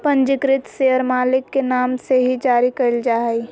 पंजीकृत शेयर मालिक के नाम से ही जारी क़इल जा हइ